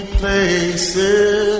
places